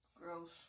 Gross